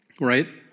Right